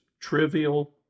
trivial